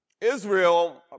Israel